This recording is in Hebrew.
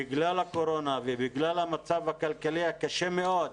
בגלל הקורונה ובגלל המצב הכלכלי הקשה מאוד,